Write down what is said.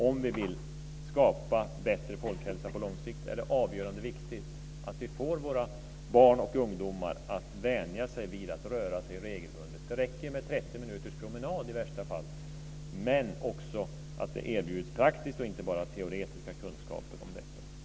Om vi vill skapa en bättre folkhälsa på lång sikt är det avgörande viktigt att vi får våra barn och ungdomar att vänja sig vid att röra sig regelbundet. Det räcker i värsta fall med 30 minuters promenad. Men det ska erbjudas praktiska och inte bara teoretiska kunskaper om detta.